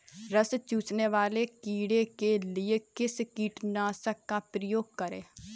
रस चूसने वाले कीड़े के लिए किस कीटनाशक का प्रयोग करें?